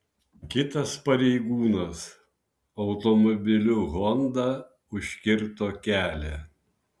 kitas pareigūnas automobiliu honda užkirto kelią